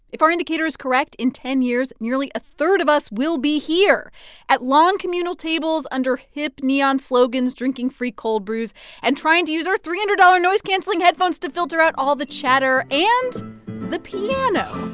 if our indicator is correct, in ten years, nearly a third of us will be here at long, communal tables under hip, neon slogans drinking free cold brews and trying to use our three hundred dollars noise-canceling headphones to filter out all the chatter and the piano.